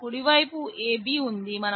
మనకు కుడి వైపు AB ఉంది